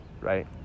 right